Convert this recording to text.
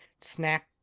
snack